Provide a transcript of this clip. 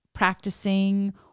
practicing